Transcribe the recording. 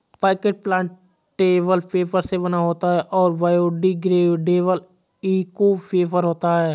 packet plantable paper से बना होता है और बायोडिग्रेडेबल इको पेपर होता है